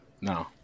No